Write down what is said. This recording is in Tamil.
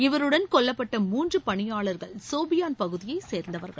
இவருடன் கொல்லப்பட்ட மூன்று ப பணியாளர்கள் சோஃபியான் பகுதியைச் சேர்ந்தவர்கள்